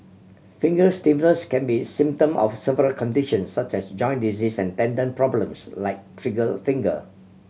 finger stiffness can be symptom of several condition such as join disease and tendon problems like trigger a finger